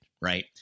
right